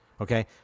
Okay